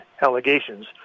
allegations